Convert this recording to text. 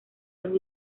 los